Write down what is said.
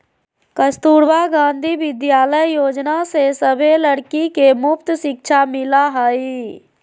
कस्तूरबा गांधी विद्यालय योजना से सभे लड़की के मुफ्त शिक्षा मिला हई